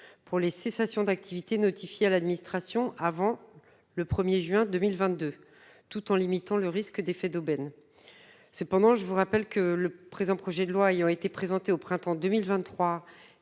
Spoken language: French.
pour les cessations d'activités notifiées à l'administration avant le 1 juin 2022, tout en limitant le risque d'effets d'aubaine. Cependant, le projet de loi ayant été présenté au printemps 2023